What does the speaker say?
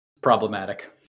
Problematic